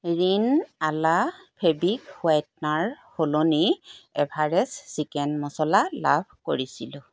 ৰিন Ala fabric whitener সলনি Everest chicken masala লাভ কৰিছিলোঁ